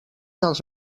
dels